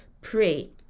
pray